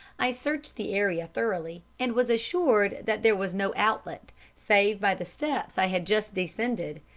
i searched the area thoroughly, and was assured that there was no outlet, save by the steps i had just descended,